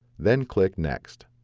then click next.